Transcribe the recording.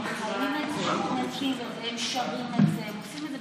חברי וחברות הכנסת הנכבדים, גברתי השרה, בוקר